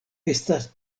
estas